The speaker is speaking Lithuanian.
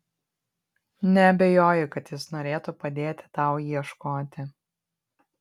neabejoju kad jis norėtų padėti tau ieškoti